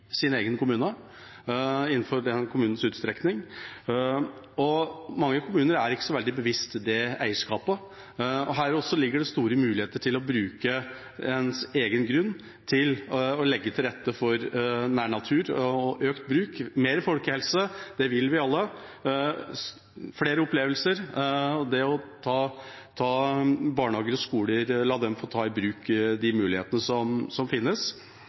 sin egen kommune, innenfor kommunens utstrekning. Mange kommuner er ikke så veldig bevisst det eierskapet. Også her ligger det store muligheter til å bruke sin egen grunn til å legge til rette for nærnatur og økt bruk – mer folkehelse, det vil vi alle, flere opplevelser og det å la barnehager og skoler ta i bruk de mulighetene som finnes. Igjen til Gjøvik: Stolpejakten som